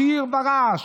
עשיר ורש,